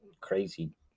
crazy